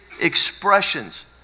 expressions